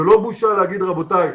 זה לא בושה להגיד: רבותיי,